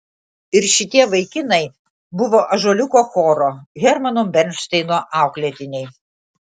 ir šitie vaikinai buvo ąžuoliuko choro hermano bernšteino auklėtiniai